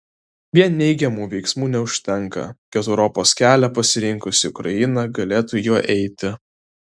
vien neigiamų veiksmų neužtenka kad europos kelią pasirinkusi ukraina galėtų juo eiti